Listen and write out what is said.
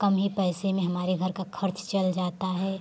कम ही पैसे में हमारे घर का खर्च चल जाता है